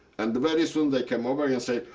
and very soon they came over and say,